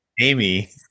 Amy